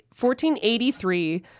1483